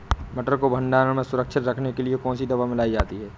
मटर को भंडारण में सुरक्षित रखने के लिए कौन सी दवा मिलाई जाती है?